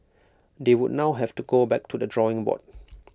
they would now have to go back to the drawing board